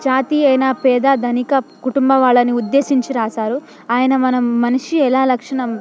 జాతి అయినా పేద ధనిక కుటుంబం వాళ్ళని ఉద్దేశించి రాసారు ఆయన మనం మనిషి ఎలా లక్షణం